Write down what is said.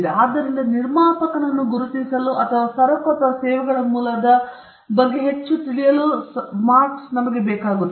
ಆದ್ದರಿಂದ ನಿರ್ಮಾಪಕನನ್ನು ಗುರುತಿಸಲು ಅಥವಾ ಸರಕು ಮತ್ತು ಸೇವೆಗಳ ಮೂಲದ ಬಗ್ಗೆ ಹೆಚ್ಚು ತಿಳಿಯಲು ಮಾರ್ಕ್ಸ್ ನಮಗೆ ಸಹಾಯ ಮಾಡುತ್ತದೆ